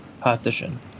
partition